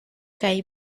kaj